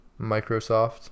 Microsoft